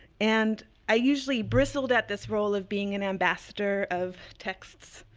and i usually bristled at this role of being an ambassador of texts,